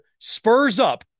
SPURSUP